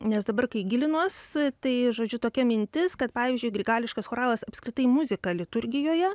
nes dabar kai gilinuos tai žodžiu tokia mintis kad pavyzdžiui grigališkas choralas apskritai muzika liturgijoje